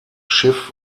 schiff